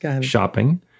shopping